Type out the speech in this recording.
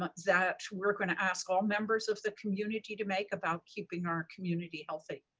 ah that we're going to ask all members of the community to make about keeping our community healthy.